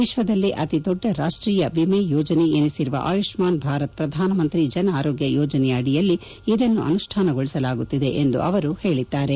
ವಿಶ್ವದಲ್ಲೇ ಅತಿ ದೊಡ್ಡ ರಾಷ್ಷೀಯ ವಿಮೆ ಯೋಜನೆಯೆನಿಸಿರುವ ಆಯುಷ್ನಾನ್ ಭಾರತ್ ಪ್ರಧಾನ ಮಂತ್ರಿ ಜನ್ ಆರೋಗ್ಯ ಯೋಜನೆಯ ಅಡಿಯಲ್ಲಿ ಇದನ್ನು ಅನುಷ್ಣಾನಗೊಳಿಸಲಾಗುತ್ತಿದೆ ಎಂದು ಅವರು ಹೇಳಿದ್ದಾರೆ